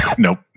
Nope